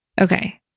Okay